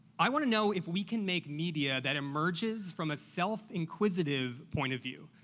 i want to know if we can make media that emerges from a self-inquisitive point of view,